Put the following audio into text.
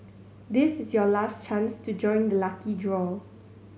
this is your last chance to join the lucky draw